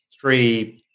three